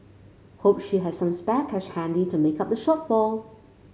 hope she has some spare cash handy to make up the shortfall